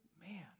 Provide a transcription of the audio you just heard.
man